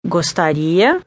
Gostaria